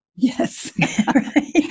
Yes